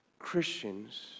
Christians